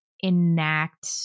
enact